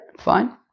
Fine